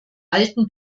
alten